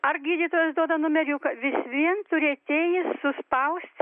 ar gydytojas duoda numeriuką vis vien turi atėjęs suspausti